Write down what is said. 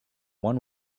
one